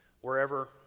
wherever